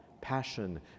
passion